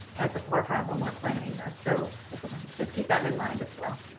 at the forefront when we're planning this. so just keep that in mind as well.